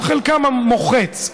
חלקם המוחץ,